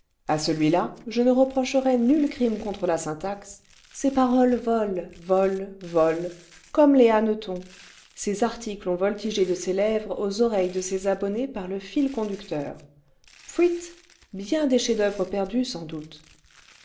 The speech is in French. à celui-là je ne reprocherai nul crime contre la syntaxe ses paroles volent volent volent comme les hannetons ses articles ont voltigé de ses lèvres aux oreilles de ses abonnés par le fil conducteur pfuit bien des chefs-d'oeuvre perdus sans doute